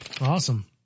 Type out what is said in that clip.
Awesome